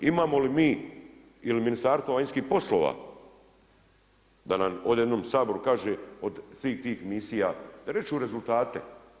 Imamo li mi ili Ministarstvo vanjskih poslova da nam ovdje jednom u Saboru kaže od svih tih misija reći rezultate.